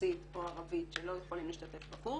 רוסית או ערבית שלא יכולים להשתתף בקורס.